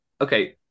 okay